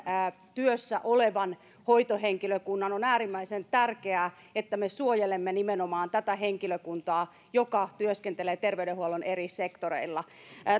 työssä olevan hoitohenkilökunnan on äärimmäisen tärkeää että me suojelemme nimenomaan tätä henkilökuntaa joka työskentelee terveydenhuollon eri sektoreilla